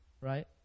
right